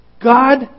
God